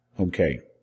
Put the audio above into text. Okay